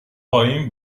پایین